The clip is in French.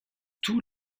tous